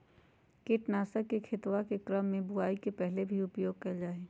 कीटनाशकवन के खेतवा के क्रम में बुवाई के पहले भी उपयोग कइल जाहई